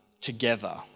together